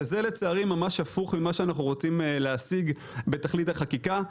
וזה ממש הפוך ממה שאנחנו רוצים להשיג בתכלית החקיקה.